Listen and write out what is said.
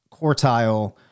quartile